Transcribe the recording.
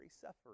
suffering